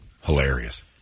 Hilarious